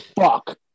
Fuck